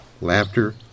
Laughter